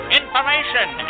information